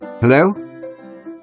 Hello